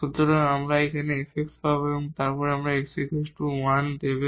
সুতরাং আমরা এখানে fx পাব যা আমাদের x 1 দেবে